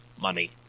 money